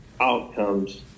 outcomes